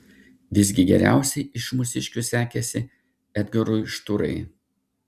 visgi geriausiai iš mūsiškių sekėsi edgarui šturai